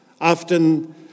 often